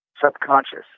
subconscious